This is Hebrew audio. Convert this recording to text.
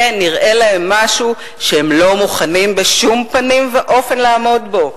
זה נראה להם משהו שהם לא מוכנים בשום פנים ואופן לעמוד בו,